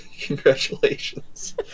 congratulations